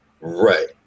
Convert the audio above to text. Right